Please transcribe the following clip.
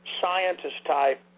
scientist-type